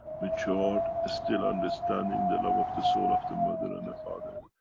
matured, still understanding the love of the soul of the mother and the father,